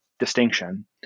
distinction